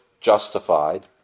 justified